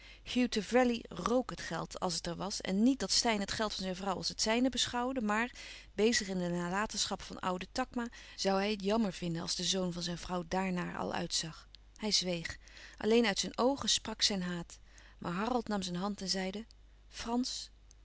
hugh trevelley rk het geld als het er was en niet dat steyn het geld van zijn vrouw als het zijne beschouwde maar bezig in de nalatenschap van ouden takma zoû hij het jammer vinden als de zoon van zijn vrouw daarnaar al uitzag hij zweeg alleen uit zijn oogen sprak zijn haat maar harold nam zijn hand en zeide frans